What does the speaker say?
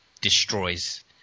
destroys